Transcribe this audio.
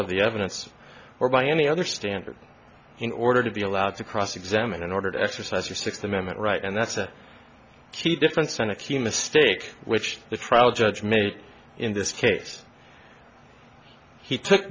of the evidence or by any other standard in order to be allowed to cross examine in order to exercise your sixth amendment right and that's a key difference and a key mistake which the trial judge made in this case he took